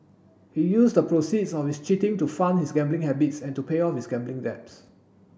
he used the proceeds of his cheating to fund his gambling habits and to pay off his gambling debts